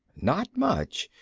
not much.